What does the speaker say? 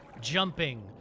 jumping